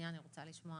אני רוצה לשמוע